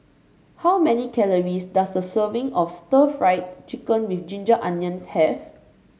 how many calories does a serving of Stir Fried Chicken with Ginger Onions have